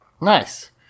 Nice